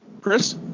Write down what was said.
Chris